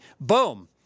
Boom